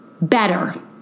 better